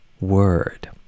word